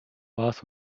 warst